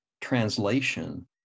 translation